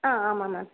ஆ ஆமாம் மேம்